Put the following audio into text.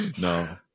No